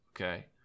okay